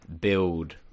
build